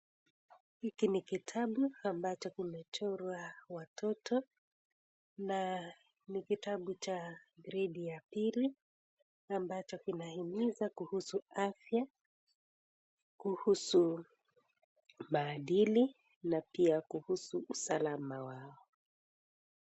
Hiki ni katabu ambacho kimechorwa watoto, na ni kitabu cha gredi ya pili, ambacho kinahimiza kuhusu afya, kuhusu maadili, na pia kuhusu usalama wao.